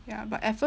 ya but at first